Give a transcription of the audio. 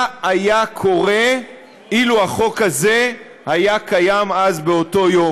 מה היה קורה אילו החוק הזה היה קיים אז באותו יום?